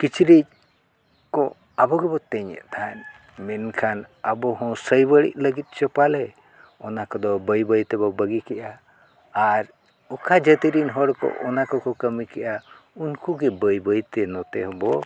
ᱠᱤᱪᱨᱤᱡ ᱠᱚ ᱟᱵᱚ ᱜᱮᱵᱚ ᱛᱤᱧᱮᱫ ᱛᱟᱦᱮᱸᱫ ᱢᱮᱱᱠᱷᱟᱱ ᱟᱵᱚ ᱦᱚᱸ ᱥᱟᱹᱭ ᱵᱟᱹᱲᱤᱡ ᱞᱟᱹᱜᱤᱫ ᱪᱚ ᱯᱟᱞᱮ ᱚᱱᱟ ᱠᱚᱫᱚ ᱵᱟᱹᱭ ᱵᱟᱹᱭ ᱛᱮᱵᱚ ᱵᱟᱹᱜᱤ ᱠᱮᱜᱼᱟ ᱟᱨ ᱚᱠᱟ ᱡᱟᱹᱛᱤ ᱨᱮᱱ ᱦᱚᱲ ᱠᱚ ᱚᱱᱟ ᱠᱚᱠᱚ ᱠᱟᱹᱢᱤ ᱠᱮᱜᱼᱟ ᱩᱱᱠᱩ ᱜᱮ ᱵᱟᱹᱭ ᱵᱟᱹᱭ ᱛᱮ ᱱᱚᱛᱮ ᱦᱚᱸᱵᱚ